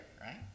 right